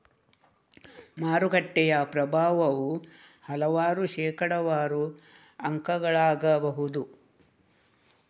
ಮಾರುಕಟ್ಟೆಯ ಪ್ರಭಾವವು ಹಲವಾರು ಶೇಕಡಾವಾರು ಅಂಕಗಳಾಗಬಹುದು